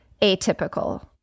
atypical